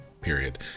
period